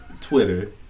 Twitter